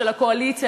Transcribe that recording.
של הקואליציה,